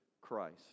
Christ